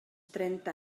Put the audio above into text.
trenta